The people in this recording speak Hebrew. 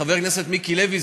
חבר הכנסת מיקי לוי,